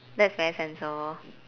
that's very sensible